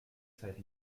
zeit